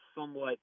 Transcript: somewhat –